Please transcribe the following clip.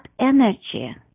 energy